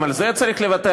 גם על זה צריך לוותר,